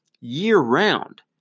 year-round